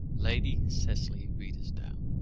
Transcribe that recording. lady cicely redesdale,